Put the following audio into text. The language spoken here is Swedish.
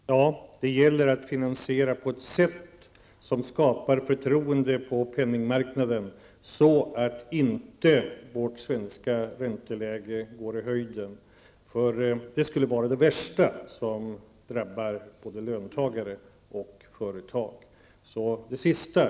Fru talman! Det gäller att finansiera dem på ett sätt som skapar förtroende på penningmarknaden så att vårt svenska ränteläge inte går i höjden. Det skulle vara det värsta som kunde drabba våra löntagare och företag. Det sista kan vi vara eniga om.